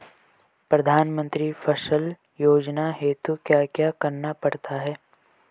प्रधानमंत्री फसल योजना हेतु क्या क्या करना पड़ता है?